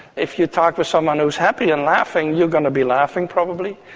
if you talk with someone who is happy and laughing, you're going to be laughing probably.